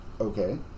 Okay